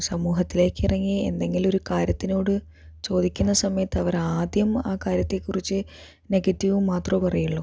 സമൂഹത്തിലേക്കിറങ്ങി എന്തെങ്കിലും ഒരു കാര്യത്തിനോട് ചോദിക്കുന്ന സമയത്ത് അവർ ആദ്യം ആ കാര്യത്തെക്കുറിച്ച് നെഗറ്റീവ് മാത്രമേ പറയുള്ളൂ